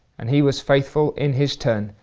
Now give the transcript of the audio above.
and he was faithful in his turn,